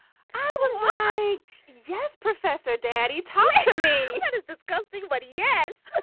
i was like yes professor daddy taught me yeah it is disgusting. what. yes but